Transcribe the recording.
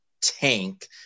tank